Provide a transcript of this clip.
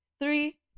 Three